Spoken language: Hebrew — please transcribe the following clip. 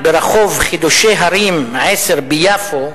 ברחוב חידושי הרי"ם 10 ביפו,